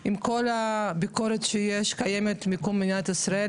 אם יש סדר עדיפויות מסוים לגוף המקצועי האופרטיבי,